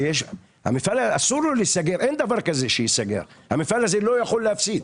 למפעל אסור להיסגר כי הוא לא יכול להפסיד.